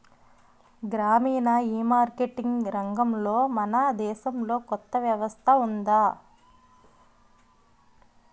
గ్రామీణ ఈమార్కెటింగ్ రంగంలో మన దేశంలో కొత్త వ్యవస్థ ఉందా?